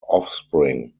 offspring